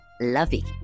lovey